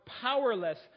powerless